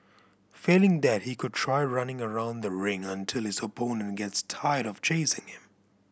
failing that he could try running around the ring until his opponent gets tired of chasing him